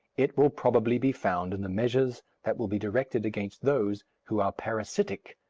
it will probably be found in the measures that will be directed against those who are parasitic,